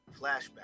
Flashback